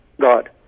God